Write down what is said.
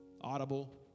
audible